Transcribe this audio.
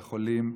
לחולים.